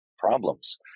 problems